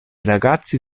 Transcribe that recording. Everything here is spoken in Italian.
ragazzi